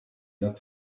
looked